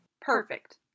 Perfect